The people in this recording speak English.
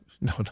no